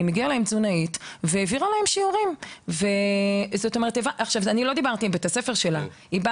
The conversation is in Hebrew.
שיעורי תזונה עם תזונאית.״ אני לא דיברתי עם בית הספר שלה,